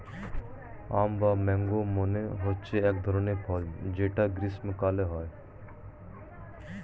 আম বা ম্যাংগো মানে হচ্ছে এক ধরনের ফল যেটা গ্রীস্মকালে হয়